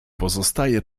pozostaje